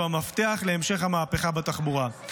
שהוא המפתח להמשך המהפכה בתחבורה.